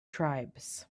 tribes